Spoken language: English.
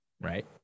right